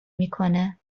میکنه